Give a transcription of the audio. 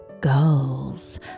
girls